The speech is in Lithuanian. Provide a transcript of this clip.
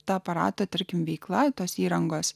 tą aparatą tarkim veikloje tos įrangos